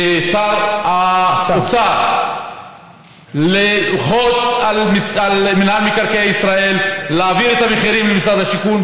משר האוצר ללחוץ על מינהל מקרקעי ישראל להעביר את המחירים למשרד השיכון,